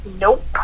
Nope